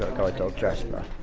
ah guide dog jasper.